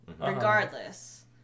regardless